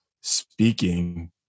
speaking